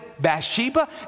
Bathsheba